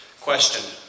Question